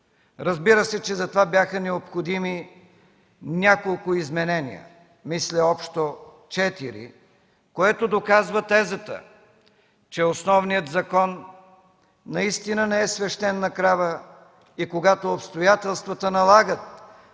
Разбира се, че за това бяха необходими няколко изменения, мисля общо четири, което доказва тезата, че основният закон наистина не е свещена крава и когато обстоятелствата налагат,